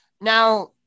Now